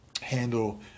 handle